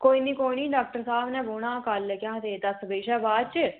कोई नीं कोई नीं डाक्टर साहब ने बौह्ना कल के आखदे दस बजे शा बाद च